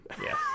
Yes